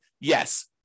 yes